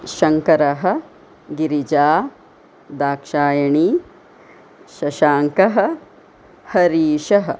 शङ्करः गिरिजा दाक्षायणी शशाङ्कः हरिशः